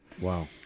Wow